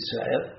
Israel